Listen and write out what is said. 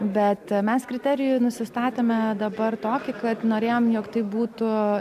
bet mes kriterijų nusistatėme dabar tokį kad norėjom jog tai būtų